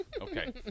okay